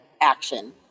action